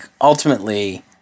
ultimately